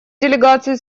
делегацию